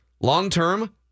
Long-term